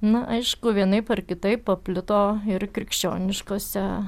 na aišku vienaip ar kitaip paplito ir krikščioniškose